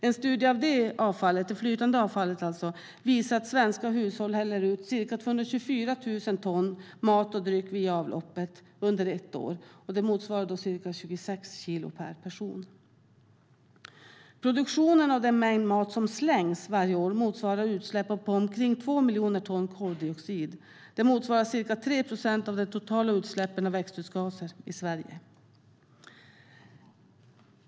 En studie av det flytande matavfallet visar att svenska hushåll häller ut ca 224 000 ton mat och dryck via avloppet under ett år. Det motsvarar ca 26 kilo per person. Produktionen av den mängd mat som slängs varje år motsvarar utsläpp på omkring 2 miljoner ton koldioxid. Det motsvarar ca 3 procent av de totala utsläppen av växthusgaser i Sverige.